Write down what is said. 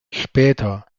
später